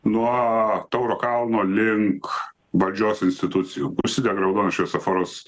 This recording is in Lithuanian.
nuo tauro kalno link valdžios institucijų užsidega raudonas šviesoforas